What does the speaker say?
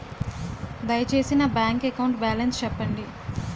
దయచేసి నా bank account balance చెప్పండి